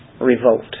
Revolt